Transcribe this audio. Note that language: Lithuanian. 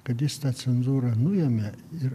kad jis tą cenzūrą nuėmė ir